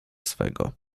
swego